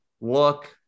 look